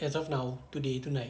as of now today tonight